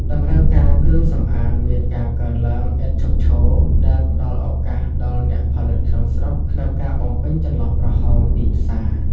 តម្រូវការគ្រឿងសម្អាងមានការកើនឡើងឥតឈប់ឈរ ដែលផ្ដល់ឱកាសដល់អ្នកផលិតក្នុងស្រុកក្នុងការបំពេញចន្លោះប្រហោងទីផ្សារ។